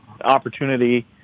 opportunity